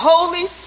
Holy